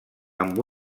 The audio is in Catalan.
amb